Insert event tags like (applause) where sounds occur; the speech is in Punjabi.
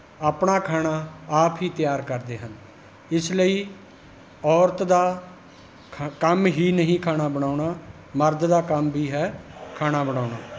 ਆਪਣਾ ਖਾਣਾ ਆਪ ਹੀ ਤਿਆਰ ਕਰਦੇ ਹਨ ਇਸ ਲਈ ਔਰਤ ਦਾ (unintelligible) ਕੰਮ ਹੀ ਨਹੀਂ ਖਾਣਾ ਬਣਾਉਣਾ ਮਰਦ ਦਾ ਕੰਮ ਵੀ ਹੈ ਖਾਣਾ ਬਣਾਉਣਾ